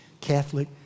Catholic